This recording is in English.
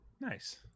Nice